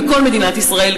וכל מדינת ישראל,